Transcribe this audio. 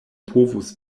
povus